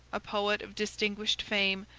a poet of distinguished fame,